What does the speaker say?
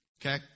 Okay